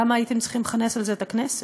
למה הייתם צריכים לכנס על זה את הכנסת?